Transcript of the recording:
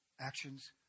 actions